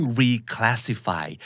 reclassify